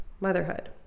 motherhood